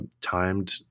timed